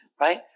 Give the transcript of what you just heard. right